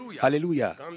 hallelujah